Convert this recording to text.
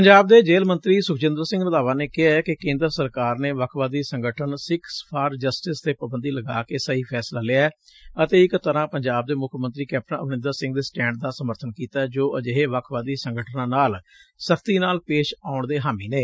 ਪੰਜਾਬ ਦੇ ਜੇਲੁ ਮੰਤਰੀ ਸੁਖਜਿੰਦਰ ਸਿੰਘ ਰੰਧਾਵਾ ਨੇ ਕਿਹਾ ਕਿ ਕੇਂਦਰ ਸਰਕਾਰ ਨੇ ਵੱਖਵਾਦੀ ਸੰਗਠਨ ਸਿੱਖਜ਼ ਫਾਰ ਜਸਟਿਸਤੇ ਪਾਬੰਦੀ ਲਗਾ ਕੇ ਸਹੀ ਫੈਸਲਾ ਲਿਐ ਅਤੇ ਇਕ ਤਰੂਾ ਪੰਜਾਬ ਦੇ ਮੁੱਖ ਮੰਤਰੀ ਕੈਪਟਨ ਅਮਰਿੰਦਰ ਸਿੰਘ ਦੇ ਸਟੈੱਡ ਦਾ ਸਮਰਬਨ ਕੀਤੈ ਜੋ ਅਜਿਹੇ ਵੱਖਵਾਦੀ ਸੰਗਠਨਾਂ ਨਾਲ ਸਖ਼ਤੀ ਨਾਲ ਪੇਸ਼ ਆਉਣ ਦੇ ਹਾਮੀ ਨੇ